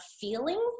feeling